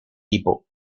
tipo